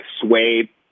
sway